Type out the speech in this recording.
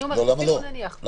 אני אומרת אפילו אם נניח.